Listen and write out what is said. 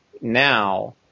now